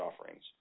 offerings